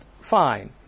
fine